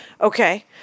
Okay